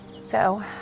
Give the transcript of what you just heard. so,